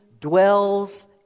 dwells